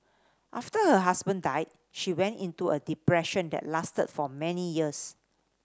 after her husband died she went into a depression that lasted for many years